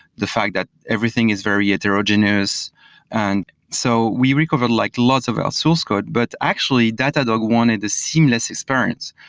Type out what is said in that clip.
the fact that everything is very heterogeneous and so we recovered like lots of our source code, but actually datadog wanted a seamless experiences.